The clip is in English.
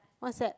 what's that